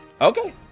Okay